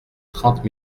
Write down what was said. trente